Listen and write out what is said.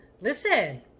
Listen